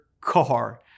car